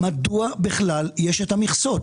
מדוע בכלל יש את המכסות?